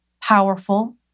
powerful